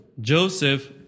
Joseph